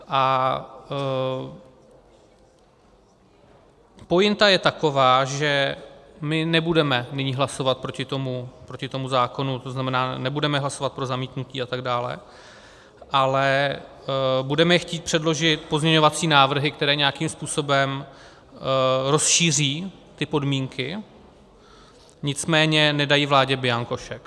A pointa je taková, že my nebudeme nyní hlasovat proti tomu zákonu, to znamená, nebudeme hlasovat pro zamítnutí a tak dále, ale budeme chtít přeložit pozměňovacími návrhy, které nějakým způsobem rozšíří ty podmínky, nicméně nedají vládě bianko šek.